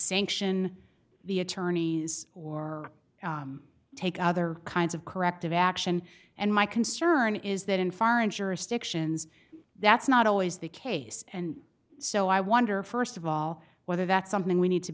sanction the attorneys or take other kinds of active action and my concern is that in foreign jurisdictions that's not always the case and so i wonder first of all whether that's something we need to